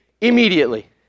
Immediately